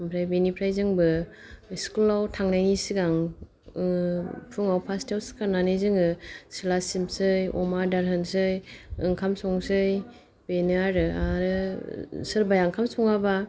ओमफ्राय बेनिफ्राय जोंबो स्कुलाव थांनायनि सिगां फुङाव फासथायाव सिखारनानै जोङो सिला सिबनोसै अमा आदार होनोसै ओंखाम संसै बेनो आरो आरो सोरबाया ओंखाम सङाबा